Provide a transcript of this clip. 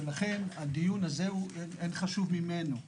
ולכן הדיון הזה אין חשוב ממנו.